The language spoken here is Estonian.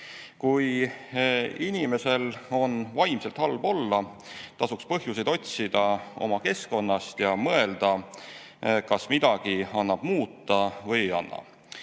Kui inimesel on vaimselt halb olla, tasuks põhjuseid otsida oma keskkonnast ja mõelda, kas midagi annab muuta või ei anna. Selle